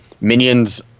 minions